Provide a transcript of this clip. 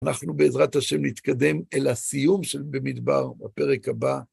אנחנו בעזרת השם נתקדם אל הסיום של במדבר בפרק הבא.